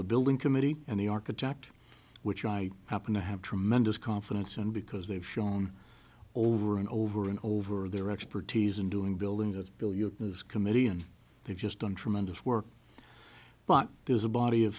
the building committee and the architect which i happen to have tremendous confidence and because they've shown over and over and over their expertise in doing building this bill you have this committee and they've just done tremendous work but there's a body of